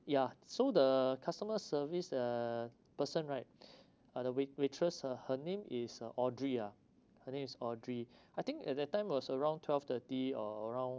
ya so the customer service uh person right uh the wait~ waitress her her name is audrey ah her name is audrey I think at that time was around twelve thirty or around